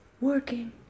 working